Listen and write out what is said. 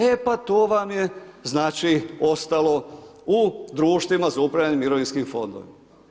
E pa to vam je znači ostalo u društvima za upravljanje mirovinskim fondovima.